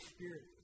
Spirit